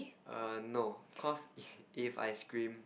err no cause if I scream